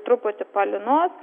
truputį palynos